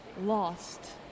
lost